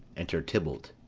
enter tybalt.